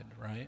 right